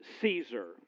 Caesar